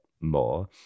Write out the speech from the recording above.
more